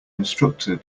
instructor